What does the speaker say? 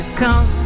come